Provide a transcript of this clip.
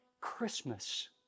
Christmas